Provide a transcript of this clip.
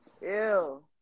Ew